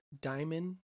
Diamond